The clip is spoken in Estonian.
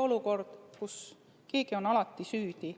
olukord, kus keegi on alati süüdi